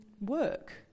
work